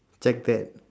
check that